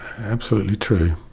absolutely true.